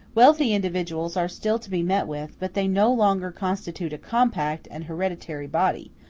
wealthy individuals are still to be met with, but they no longer constitute a compact and hereditary body,